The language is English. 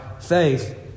faith